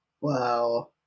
Wow